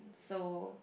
so